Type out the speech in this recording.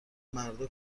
مردا